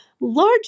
large